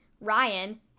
Ryan